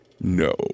No